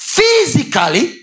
Physically